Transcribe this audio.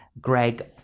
Greg